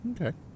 Okay